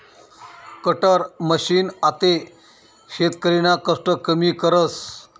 cutter machine आते शेतकरीना कष्ट कमी करस